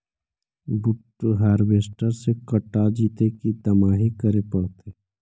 बुट हारबेसटर से कटा जितै कि दमाहि करे पडतै?